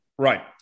Right